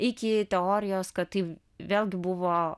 iki teorijos kad tai vėlgi buvo